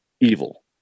evil